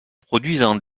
produisant